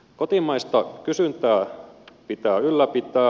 kotimaista kysyntää pitää ylläpitää